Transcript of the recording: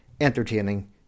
entertaining